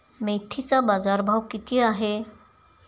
मेथीचा बाजारभाव किती आहे?